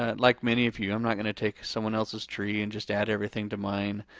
ah like many of you, i'm not gonna take someone else's tree and just add everything to mine.